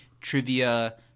trivia